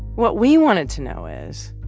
what we wanted to know is,